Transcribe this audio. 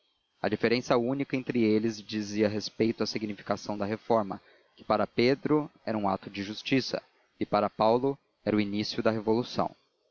a diferença única entre eles dizia respeito à significação da reforma que para pedro era um ato de justiça e para paulo era o início da revolução